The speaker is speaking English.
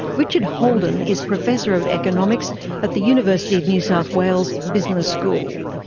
richard holden is professor of economics at the university new south wales business school.